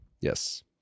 yes